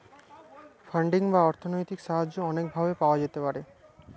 funding বা অর্থনৈতিক সাহায্য অনেক ভাবে পাওয়া যেতে পারে